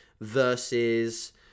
versus